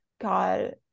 god